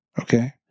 Okay